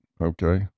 Okay